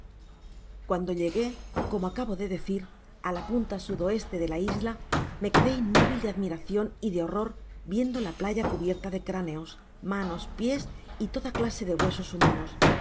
cuando llegué como acabo de decir á la punta sudoeste de la isla me quedé inmóvil de admiracion y de horror viendo la playa cubierta de cráneos manos pies y toda clase de huesos humanos